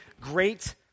great